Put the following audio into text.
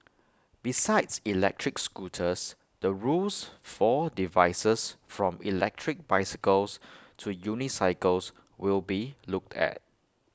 besides electric scooters the rules for devices from electric bicycles to unicycles will be looked at